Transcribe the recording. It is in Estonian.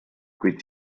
kuid